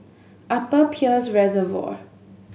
Upper Peirce Reservoir